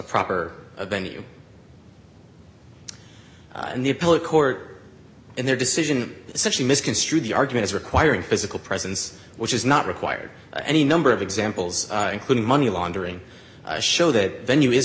proper venue and the appellate court in their decision essentially misconstrued the arguments requiring physical presence which is not required any number of examples including money laundering show that venue is